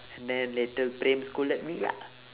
and then later praem scolded me lah